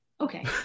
okay